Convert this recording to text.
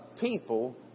people